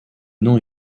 non